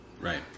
Right